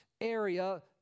area